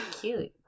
cute